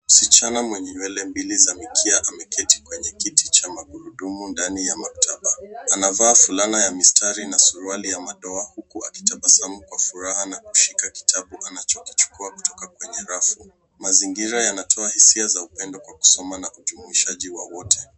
Msichana mwenye nywele mbili za mikia ameketi kwenye kiti cha magurudumu ndani ya maktaba. Anavaa fulana ya mistari na suruali ya madoa, huku akitabasamu kwa furaha na kushika kitabu anachokichukua kutoka kwenye rafu. Mazingira yanatoa hisia za upendo kwa kusoma na kujumuishaji wa wote.